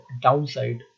downside